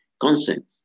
Consent